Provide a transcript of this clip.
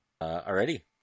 already